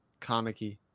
Kaneki